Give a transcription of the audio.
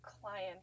client